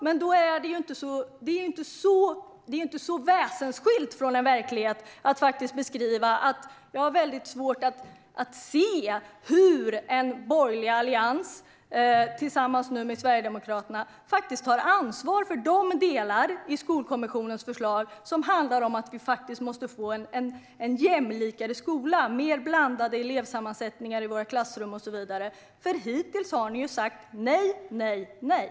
Med tanke på detta är det ju inte så väsensskilt från verkligheten att beskriva att vi har väldigt svårt att se hur en borgerlig allians, nu tillsammans med Sverigedemokraterna, tar ansvar för de delar i Skolkommissionens förslag som handlar om att vi måste få en jämlikare skola, mer blandad elevsammansättning i våra klassrum och så vidare. Hittills har ni ju sagt nej, nej, nej.